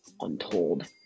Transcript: untold